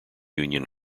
union